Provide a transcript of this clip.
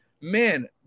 man